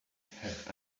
have